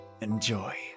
Enjoy